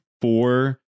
four